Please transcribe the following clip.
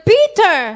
Peter